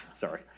Sorry